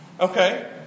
Okay